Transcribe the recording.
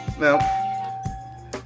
Now